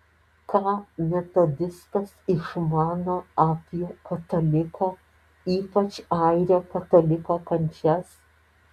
ką metodistas išmano apie kataliko ypač airio kataliko kančias